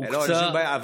אין שום בעיה.